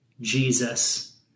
Jesus